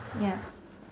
ya